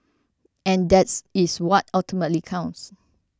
and that is what ultimately counts